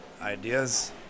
ideas